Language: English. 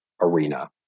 arena